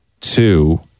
two